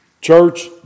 church